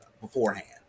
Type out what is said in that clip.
beforehand